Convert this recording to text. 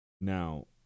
Now